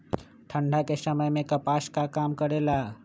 ठंडा के समय मे कपास का काम करेला?